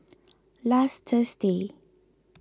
last Thursday